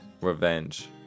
Revenge